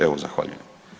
Evo zahvaljujem.